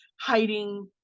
hiding